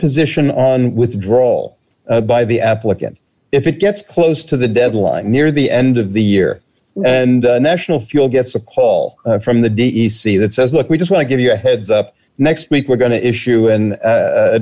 position on withdrawal by the applicant if it gets close to the deadline near the end of the year and d national fuel gets a call from the d e c that says look we just want to give you a heads up next week we're going to issue